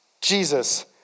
Jesus